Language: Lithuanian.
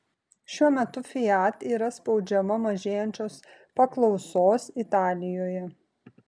šiuo metu fiat yra spaudžiama mažėjančios paklausos italijoje